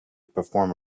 perform